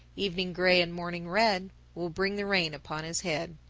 evening gray and morning red will bring the rain upon his head.